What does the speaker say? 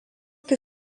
tai